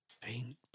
Paint